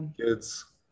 Kids